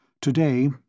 Today